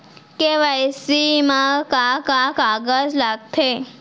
KYC मा का का कागज लगथे?